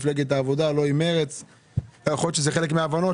אישה יוצאת לעבוד בגיל 18. יש נשים שיוצאות לעבוד בגיל 18,